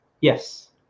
Yes